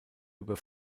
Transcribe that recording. über